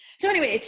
so anyway,